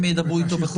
הם ידברו איתו.